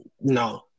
no